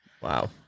Wow